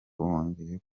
wongeye